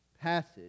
passage